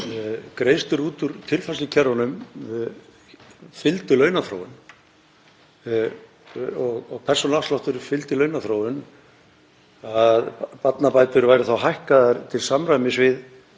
greiðslur út úr tilfærslukerfunum fylgdu launaþróun og persónuafslátturinn fylgdi launaþróun og barnabætur væru hækkaðar til samræmis við